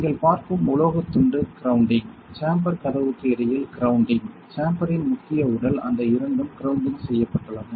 நீங்கள் பார்க்கும் உலோகத் துண்டு கிரவுண்டிங் சேம்பர் கதவுக்கு இடையில் கிரவுண்டிங் சேம்பரின் முக்கிய உடல் அந்த இரண்டும் கிரவுண்டிங் செய்யப்பட்டுள்ளன